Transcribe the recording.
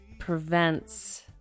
prevents